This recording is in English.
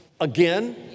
again